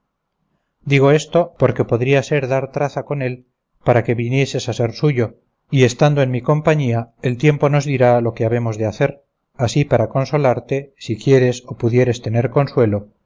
digo esto porque podría ser dar traza con él para que vinieses a ser suyo y estando en mi compañía el tiempo nos dirá lo que habemos de hacer así para consolarte si quisieres o pudieres tener consuelo